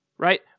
right